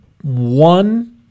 One